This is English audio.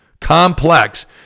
complex